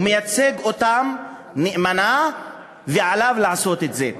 הוא מייצג אותם נאמנה ועליו לעשות את זה.